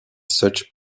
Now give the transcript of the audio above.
such